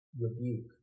rebuke